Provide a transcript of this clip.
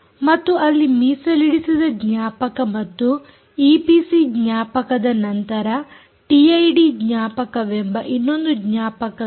ಮತ್ತು ಅಲ್ಲಿ ಮೀಸಲಿಡಿಸಿದ ಜ್ಞಾಪಕ ಮತ್ತು ಈಪಿಸಿ ಜ್ಞಾಪಕದ ನಂತರ ಟಿಐಡಿ ಜ್ಞಾಪಕವೆಂಬ ಇನ್ನೊಂದು ಜ್ಞಾಪಕವಿದೆ